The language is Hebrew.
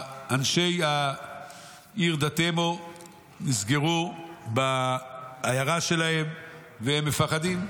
אנשי העיר --- נסגרו בעיירה שלהם והם מפחדים.